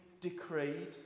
decreed